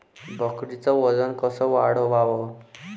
बकरीचं वजन कस वाढवाव?